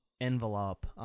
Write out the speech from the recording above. Envelope